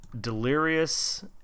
delirious